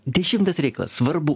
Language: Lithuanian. dešimtas reikalas svarbu